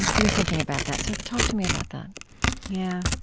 your thinking about that. so talk to me about that yeah.